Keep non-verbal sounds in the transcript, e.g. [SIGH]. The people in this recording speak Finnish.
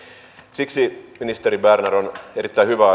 siksi ministeri berner on erittäin hyvä [UNINTELLIGIBLE]